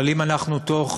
אבל אם אנחנו בתוך